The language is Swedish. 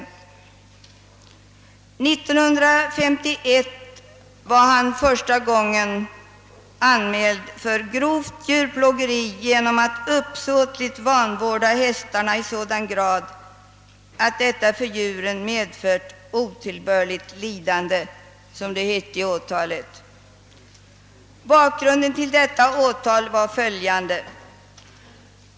År 1951 var han första gången anmäld för grovt djurplågeri genom att uppsåtligt vanvårda hästarna i sådan grad, att detta för djuren medfört otillbörligt lidande, som det hette i åtalet. Bakgrunden till åtalet var följande.